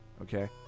Okay